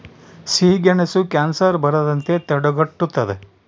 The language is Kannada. ಸಿಹಿಗೆಣಸು ಕ್ಯಾನ್ಸರ್ ಬರದಂತೆ ತಡೆಗಟ್ಟುತದ